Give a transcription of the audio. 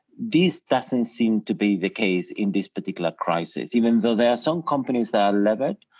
this doesn't seem to be the case in this particular crisis, even though there are some companies that are levered,